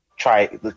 Try